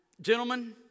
gentlemen